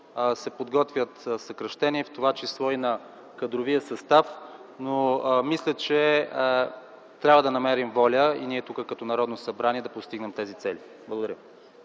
се подготвят съкращения, в това число и на кадровия състав, но мисля, че трябва да намерим воля и ние тук като Народно събрание да постигнем тези цели. Благодаря